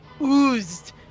Oozed